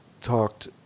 talked